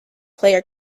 player